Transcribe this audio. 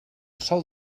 sol